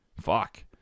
fuck